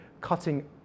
cutting